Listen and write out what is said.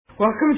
Welcome